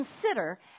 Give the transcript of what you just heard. consider